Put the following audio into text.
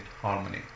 harmony